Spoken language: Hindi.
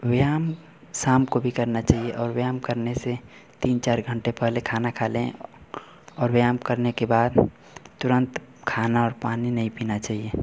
व्यायाम शाम को भी करना चाहिए और व्यायाम करने से तीन चार घंटे पहले खाना खा लें और व्यायाम करने के बाद तुरंत खाना और पानी नहीं पीना चहिए